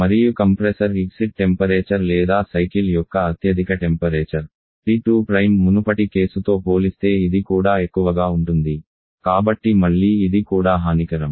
మరియు కంప్రెసర్ నిష్క్రమణ టెంపరేచర్ లేదా సైకిల్ యొక్క అత్యధిక టెంపరేచర్ T2 మునుపటి కేసుతో పోలిస్తే ఇది కూడా ఎక్కువగా ఉంటుంది కాబట్టి మళ్లీ ఇది కూడా హానికరం